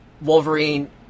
Wolverine